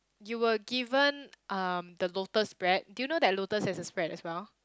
you were given um the lotus spread do you know that lotus has a spread as well